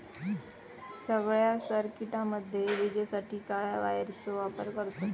सगळ्या सर्किटामध्ये विजेसाठी काळ्या वायरचो वापर करतत